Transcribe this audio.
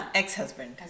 ex-husband